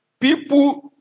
People